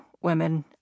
women